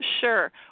Sure